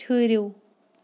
ٹھٕہرِو